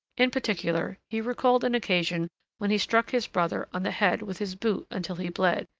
in particular, he recalled an occasion when he struck his brother on the head with his boot until he bled,